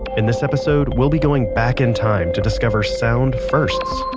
in this episode, we'll be going back in time to discover sound firsts